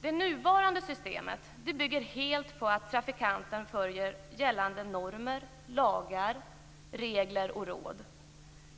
Det nuvarande systemet bygger helt på att trafikanterna följer gällande normer, lagar, regler och råd.